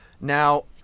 Now